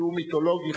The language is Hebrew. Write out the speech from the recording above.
שהוא מיתולוגי,